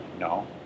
no